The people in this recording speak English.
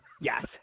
Yes